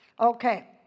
Okay